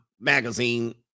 Magazine